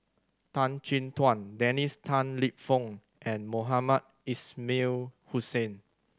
Tan Chin Tuan Dennis Tan Lip Fong and Mohamed Ismail Hussain